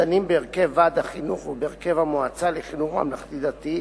הדנים בהרכב ועד החינוך ובהרכב המועצה לחינוך ממלכתי-דתי,